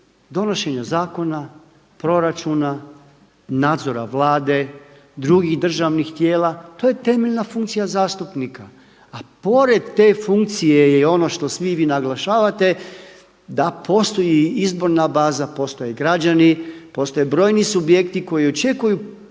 donošenja zakona, proračuna, nadzora Vlade, drugih državnih tijela to je temeljna funkcija zastupnika, a pored te funkcije je ono što svi vi naglašavate da postoji izborna baza, postoje građani, postoje brojni subjekti koji očekuju pomoć